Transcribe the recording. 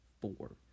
four